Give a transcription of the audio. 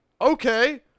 okay